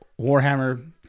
Warhammer